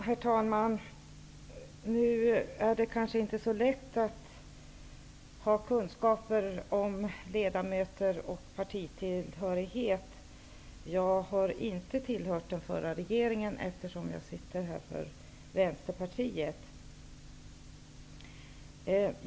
Herr talman! Det är inte alltid så lätt att hålla reda på ledamöternas partitillhörighet. Jag har inte tillhört den förra regeringen, eftersom jag sitter här för Vänsterpartiet.